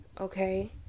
okay